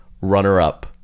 Runner-up